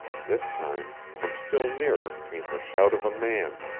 this time, from still nearer, came the shout of a man,